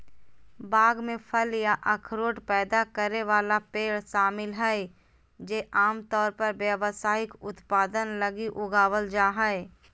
बाग में फल या अखरोट पैदा करे वाला पेड़ शामिल हइ जे आमतौर पर व्यावसायिक उत्पादन लगी उगावल जा हइ